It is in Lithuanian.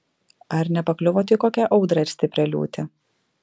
ar nepakliuvote į kokią audrą ar stiprią liūtį